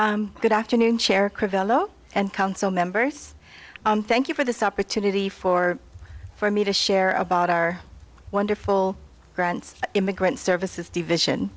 good afternoon chair and council members thank you for this opportunity for for me to share about our wonderful grants immigrant services division